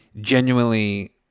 genuinely